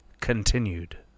continued